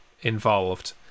involved